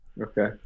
Okay